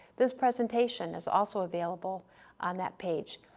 this presentation is also available on that page.